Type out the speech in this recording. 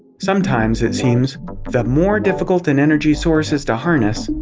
sometimes it seems, the more difficult an energy source is to harness,